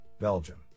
Belgium